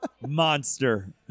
Monster